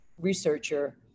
researcher